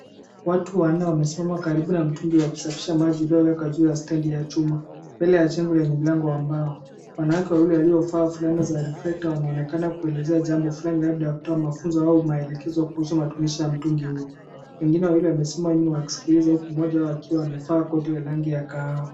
Watu wanne wamesimama karibu na mtungi wa kusafisha maji uliowekwa juu ya stendi ya chuma, mbele ya jengo lenye mlango wa mbao, wanawake wawili waliovaa fulana za reflector wanaonekana kuelezea jambo fulani labda kutoa mafunzo au maelekezo kuhusu matumizi ya mtungi huo, wengine wawili wamesimama nyuma wakisikiliza huku mmoja wao akiwa amevaa koti ya rangi ya kahawa.